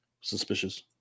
suspicious